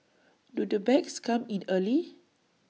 do the bags come in early